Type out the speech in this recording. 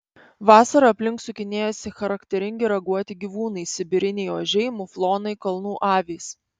vasarą aplink sukinėjasi charakteringi raguoti gyvūnai sibiriniai ožiai muflonai kalnų avys